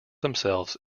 themselves